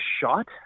shot